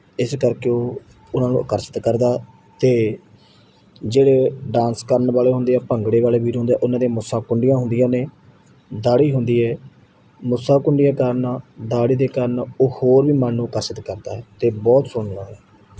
ਇਸ ਕਰਕੇ ਉਹ ਉਹਨਾਂ ਨੂੰ ਆਕਰਸ਼ਿਤ ਕਰਦਾ ਅਤੇ ਜਿਹੜੇ ਡਾਂਸ ਕਰਨ ਵਾਲੇ ਹੁੰਦੇ ਆ ਭੰਗੜੇ ਵਾਲੇ ਵੀਰ ਹੁੰਦੇ ਆ ਉਹਨਾਂ ਦੀਆਂ ਮੁੱਛਾਂ ਖੁੰਡੀਆਂ ਹੁੰਦੀਆਂ ਨੇ ਦਾੜੀ ਹੁੰਦੀ ਹੈ ਮੁੱਛਾਂ ਖੁੰਡੀਆਂ ਕਾਰਨ ਦਾੜੀ ਦੇ ਕਾਰਨ ਉਹ ਹੋਰ ਵੀ ਮਨ ਨੂੰ ਅਕਰਸ਼ਿਤ ਕਰਦਾ ਹੈ ਅਤੇ ਬਹੁਤ ਸੋਹਣਾ ਹੈ